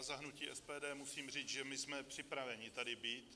Za hnutí SPD musím říct, že my jsme připraveni tady být.